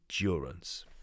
endurance